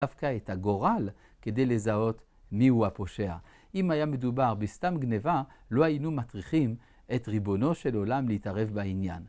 דווקא את הגורל כדי לזהות מיהו הפושע. אם היה מדובר בסתם גניבה לא היינו מטריחים את ריבונו של עולם להתערב בעניין.